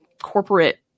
corporate